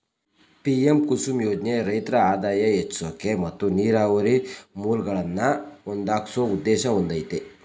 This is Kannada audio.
ಪಿ.ಎಂ ಕುಸುಮ್ ಯೋಜ್ನೆ ರೈತ್ರ ಆದಾಯ ಹೆಚ್ಸೋಕೆ ಮತ್ತು ನೀರಾವರಿ ಮೂಲ್ಗಳನ್ನಾ ಒದಗ್ಸೋ ಉದ್ದೇಶ ಹೊಂದಯ್ತೆ